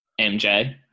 MJ